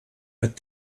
but